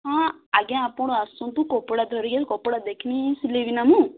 ହଁ ଆଜ୍ଞା ଆପଣ ଆସନ୍ତୁ କପଡ଼ା ଧରିକି କପଡ଼ା ଦେଖିଲେ ହିଁ ସିଲେଇବି ନା ମୁଁ